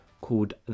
called